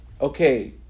Okay